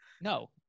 No